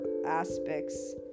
Aspects